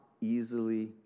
easily